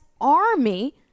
Army